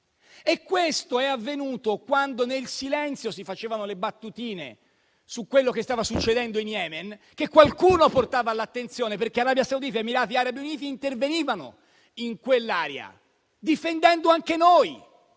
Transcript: E questo è avvenuto quando nel silenzio si facevano le battutine su quello che stava succedendo in Yemen, che qualcuno portava all'attenzione, perché Arabia Saudita ed Emirati Arabi Uniti intervenivano in quell'area, difendendo anche noi.